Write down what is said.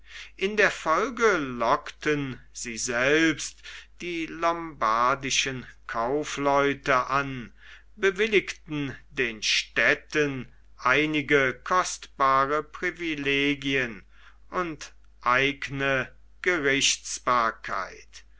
in der folge lockten sie selbst die lombardischen kaufleute an bewilligten den städten einige kostbare privilegien und eigene